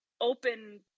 open